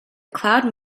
cloud